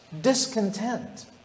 discontent